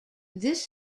this